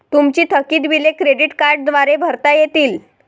तुमची थकीत बिले क्रेडिट कार्डद्वारे भरता येतील